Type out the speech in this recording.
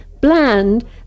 bland